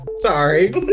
Sorry